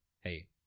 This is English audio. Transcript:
hey